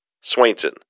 Swainson